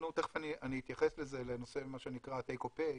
אני אתייחס לזה לנושא take or pay,